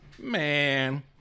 man